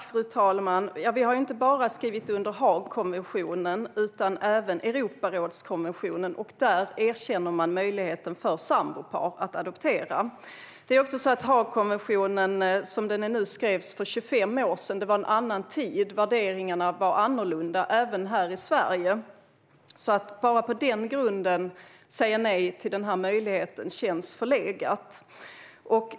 Fru talman! Vi har inte bara skrivit under Haagkonventionen utan även Europarådskonventionen. Där erkänner man möjligheten för sambopar att adoptera. Det är också så att Haagkonventionen skrevs för 25 år sedan när det var en annan tid. Värderingarna var annorlunda även här i Sverige. Att bara på den grunden säga nej till den här möjligheten känns förlegat.